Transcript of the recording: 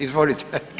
Izvolite.